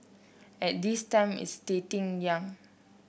and this time it's starting young